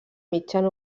mitjan